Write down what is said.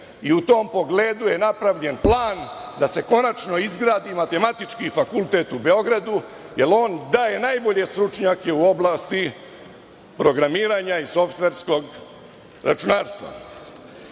i u tom pogledu je napravljen plan, da se konačno izgradi Matematički fakultet u Beogradu, jer on daje najbolje stručnjake u oblasti programiranja i softverskog računarstva.